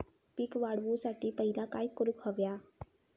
पीक वाढवुसाठी पहिला काय करूक हव्या?